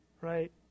Right